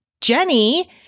Jenny